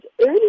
early